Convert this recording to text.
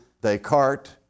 Descartes